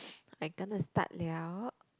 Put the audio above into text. I gonna start liao